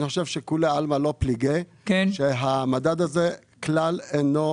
אני חושב שכולי עלמא לא פליגי שהמדד הזה כלל אינו